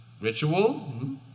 ritual